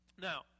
Now